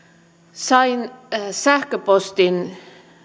sain sähköpostin